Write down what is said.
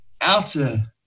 outer